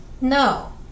No